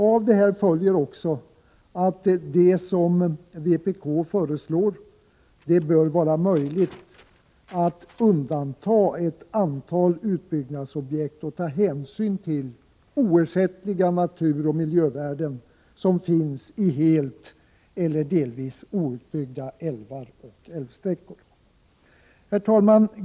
Av detta följer också att det — som vpk föreslår — bör vara möjligt att undanta ett antal utbyggnadsprojekt och ta hänsyn till de oersättliga naturoch miljövärden som finns i helt eller delvis outbyggda älvar och älvsträckor. Herr talman!